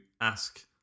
ask